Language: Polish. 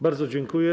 Bardzo dziękuję.